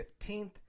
15th